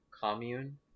commune